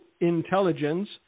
intelligence